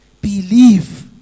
believe